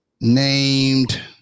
named